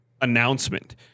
announcement